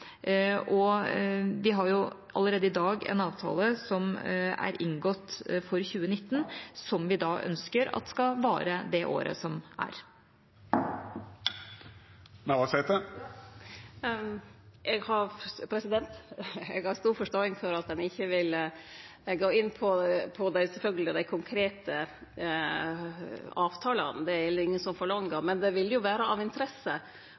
Storbritannia. Vi har allerede i dag en avtale som er inngått for 2019, og som vi ønsker skal vare det året. Eg har stor forståing for at ein ikkje vil gå inn på dei konkrete avtalane, sjølvsagt, det er det heller ingen som forlanger. Men det ville vere av interesse